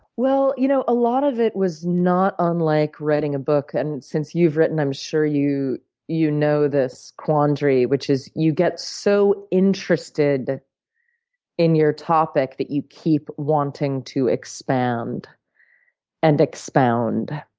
well, you know a lot of it was not unlike writing a book. and, since you've written, i'm sure you you know this quandary, which is you get so interested in your topic that you keep wanting to expand and expound.